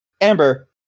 Amber